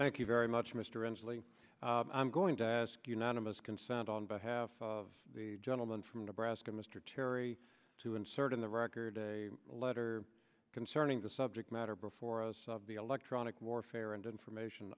thank you very much mr enjoying i'm going to ask unanimous consent on behalf of the gentleman from nebraska mr terry to insert in the record a letter concerning the subject matter before us of the electronic warfare and information